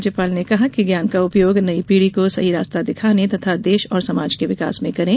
राज्यपाल ने कहा कि ज्ञान का उपयोग नई पीढ़ी को सही रास्ता दिखाने तथा देश और समाज के विकास में करें